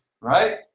right